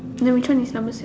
then which one is number